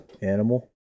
animal